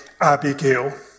Abigail